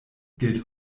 gilt